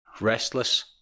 Restless